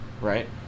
right